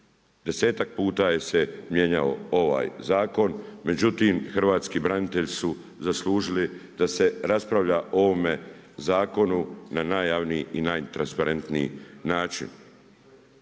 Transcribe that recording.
10-tak puta je se mijenjao ovaj zakon, međutim, hrvatski branitelji su zaslužili da se raspravlja o ovome zakonu na najjavniji i najtransparentniji način.